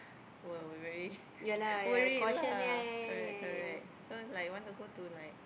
were we very worried lah correct correct so it's like want to go to like